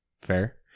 fair